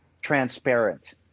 transparent